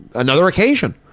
another occasion.